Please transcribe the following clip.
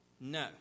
No